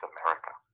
America